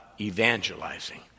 evangelizing